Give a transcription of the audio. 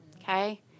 okay